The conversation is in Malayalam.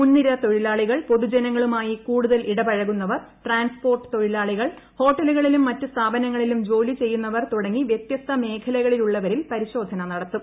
മുൻനിര തൊഴിലാളികൾ പൊതുജനങ്ങളുമായി കൂടുതൽ ഇടപഴകുന്നവർ ട്രാൻസ്പോർട്ട് തൊഴിലാളികൾ ഹോട്ടലുകളിലും മറ്റു സ്ഥാപനങ്ങളിലും ജോലി ചെയ്യുന്നവർ തുടങ്ങി വൃതൃസ്ത മേഖലകളിലുള്ളവരിൽ പരിശോധന നടത്തും